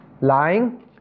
Lying